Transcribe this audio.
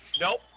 Nope